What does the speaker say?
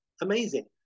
amazing